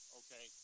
okay